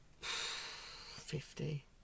Fifty